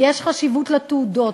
ויש חשיבות לתעודות,